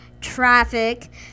Traffic